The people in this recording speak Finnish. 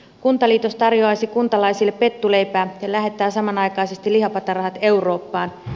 kuntaliitos tarjoaisi kuntalaisille pettuleipää ja lähettää samanaikaisesti lihapatarahat eurooppaan